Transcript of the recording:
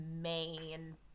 main